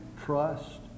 trust